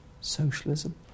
socialism